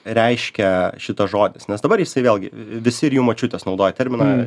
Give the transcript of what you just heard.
reiškia šitas žodis nes dabar jisai vėlgi visi ir jų močiutės naudoja terminą